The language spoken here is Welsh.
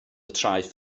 traeth